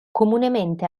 comunemente